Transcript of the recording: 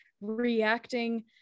reacting